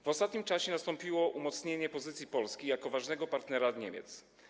W ostatnim czasie nastąpiło umocnienie pozycji Polski jako ważnego partnera Niemiec.